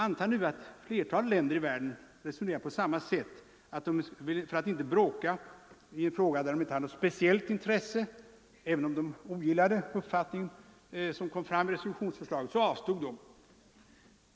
Antag nu att flertalet länder i världen för att inte bråka i en fråga där de inte har något speciellt intresse att bevaka, även om de ogillar den uppfattning som kommer fram i ett resolutionsförslag, avstår från att rösta.